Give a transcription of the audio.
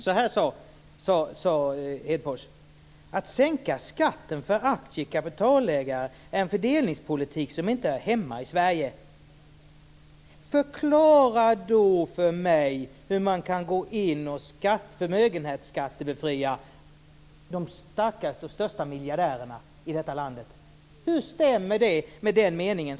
Så här sade Hedfors: Att sänka skatten för aktie och kapitalägare är en fördelningspolitik som inte hör hemma i Sverige. Förklara då för mig hur man kan gå in och förmögenhetsskattebefria de starkaste och största miljardärerna i detta land. Hur stämmer det med den meningen?